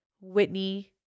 Whitney